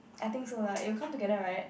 I think so lah it will come together right